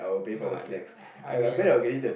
no I I will